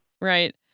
Right